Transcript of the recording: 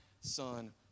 son